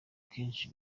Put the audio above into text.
kenshi